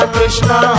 Krishna